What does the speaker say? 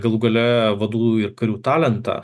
galų gale vadų ir karių talentą